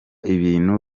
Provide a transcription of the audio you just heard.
ibintu